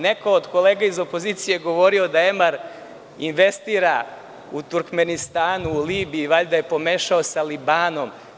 Neko od kolega iz opozicije je govorio da Emar investira u Turkmenistanu, u Libiji, valjda je pomešao sa Libanom.